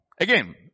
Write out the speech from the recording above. again